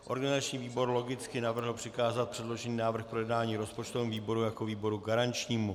Organizační výbor logicky navrhl přikázat předložený návrh k projednání rozpočtovému výboru jako výboru garančnímu.